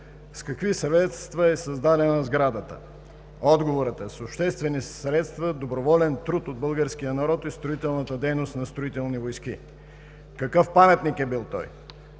с какви средства е създадена сградата? Отговорът е – с обществени средства, доброволен труд от българския народ и строителната дейност на „Строителни войски“. Какъв паметник е бил той?